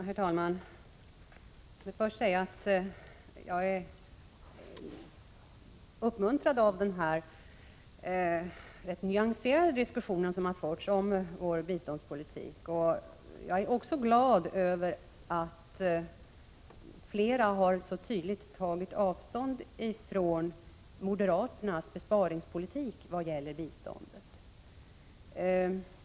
Herr talman! Först vill jag säga att jag är uppmuntrad av den rätt nyanserade diskussion som har förts om vår biståndspolitik. Jag är också glad över att flera talare så tydligt har tagit avstånd från moderaternas besparingspolitik vad gäller biståndet.